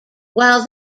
while